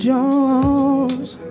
Jones